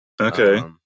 Okay